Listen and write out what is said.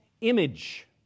image